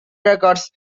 records